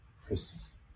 Chris